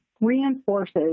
reinforces